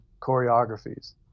choreographies